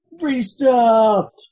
Restart